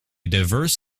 diverse